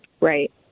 right